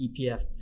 EPF